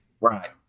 Right